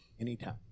Anytime